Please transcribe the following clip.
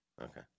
Okay